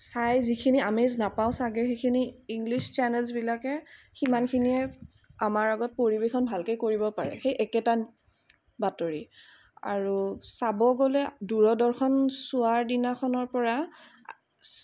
চাই যিখিনি আমেজ নাপাওঁ চাগে সেইখিনি ইংলিছ চেনেলছবিলাকে সিমানখিনিয়ে আমাৰ আগত ভালকৈ পৰিৱেশন কৰিব পাৰে সেই একেটা বাতৰি আৰু চাব গ'লে দূৰদৰ্শন চোৱা দিনৰ পৰা